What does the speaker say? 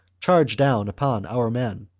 charged down upon our men.